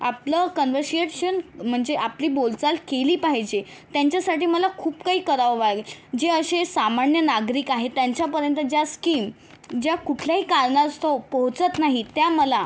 आपलं कन्वर्सिएशन म्हणजे आपली बोलचाल केली पाहिजे त्यांच्यासाठी मला खूप काही करावं लागेल जे असे सामान्य नागरिक आहेत त्यांच्यापर्यंत ज्या स्कीम ज्या कुठल्याही कारणास्तव पोहोचत नाहीत त्या मला